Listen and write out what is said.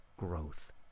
growth